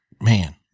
Man